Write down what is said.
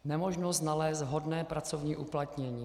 Nemožnost nalézt vhodné pracovní uplatnění.